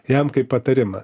jam kaip patarimą